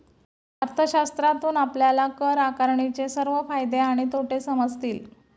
अर्थशास्त्रातून आपल्याला कर आकारणीचे सर्व फायदे आणि तोटे समजतील